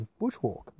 bushwalk